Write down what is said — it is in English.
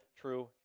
true